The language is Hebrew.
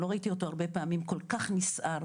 לא ראיתי אותו הרבה פעמים כל כך נסער,